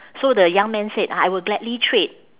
so the young man said I I will gladly trade